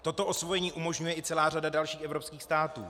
Toto osvojení umožňuje i celá řada dalších evropských států.